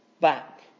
back